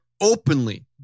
openly